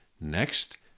Next